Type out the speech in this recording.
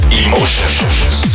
emotions